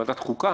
אלא בוועדת חוקה